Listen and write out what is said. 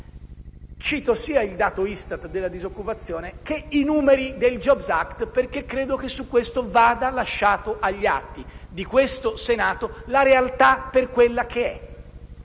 Cito sia il dato ISTAT dalla disoccupazione sia i numeri del *jobs act*, perché credo che su questo vada lasciata agli atti di questo Senato la realtà per quella che è.